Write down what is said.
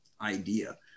idea